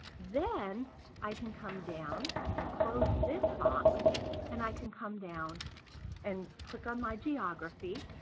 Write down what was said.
then i can come down i can close this box and i can come down and click on my geography